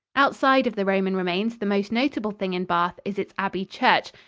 outside of the roman remains the most notable thing in bath is its abbey church,